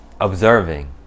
observing